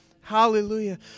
Hallelujah